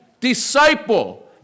disciple